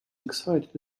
excited